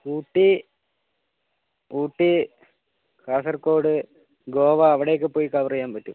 ഊട്ടി ഊട്ടി കാസർഗോഡ് ഗോവ അവിടെയൊക്കെ പോയി കവർ ചെയ്യാൻ പറ്റും